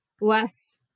less